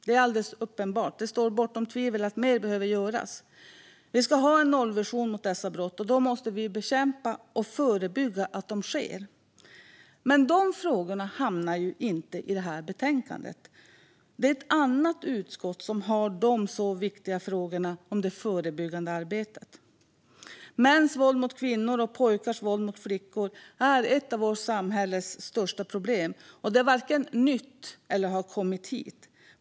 Det är alldeles uppenbart - det står bortom allt tvivel - att mer behöver göras. Vi ska ha en nollvision mot dessa brott, och då måste vi bekämpa och förebygga att de sker. Men de frågorna hamnar ju inte i detta betänkande, för det är ett annat utskott som har de så viktiga frågorna om det förebyggande arbetet. Mäns våld mot kvinnor och pojkars våld mot flickor är ett av vårt samhälles största problem, och det är varken nytt eller har kommit hit.